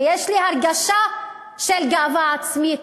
ויש לי הרגשה של גאווה עצמית,